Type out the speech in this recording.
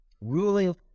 ruling